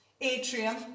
atrium